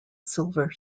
silver